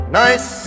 nice